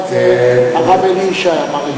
הרב, אמר את זה.